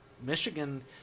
Michigan